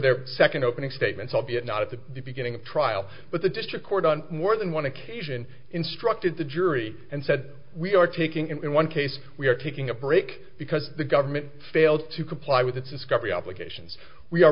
there second opening statements albeit not at the beginning of trial but the district court on more than one occasion instructed the jury and said we are taking in one case we are taking a break because the government failed to comply with its discovery obligations we are